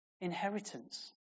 inheritance